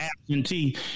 absentee